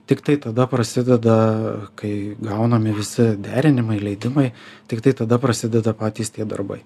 tiktai tada prasideda kai gaunami visi derinimai leidimai tiktai tada prasideda patys tie darbai